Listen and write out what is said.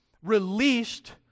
released